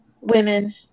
women